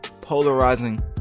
polarizing